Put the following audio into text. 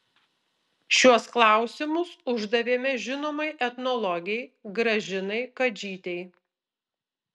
šiuos klausimus uždavėme žinomai etnologei gražinai kadžytei